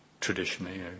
traditionally